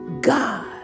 God